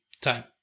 time